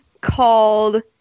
called